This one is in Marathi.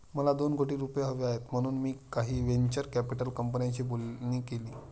मला दोन कोटी रुपये हवे आहेत म्हणून मी काही व्हेंचर कॅपिटल कंपन्यांशी बोलणी केली